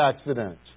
accident